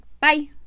Bye